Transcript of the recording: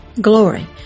glory